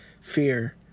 Fear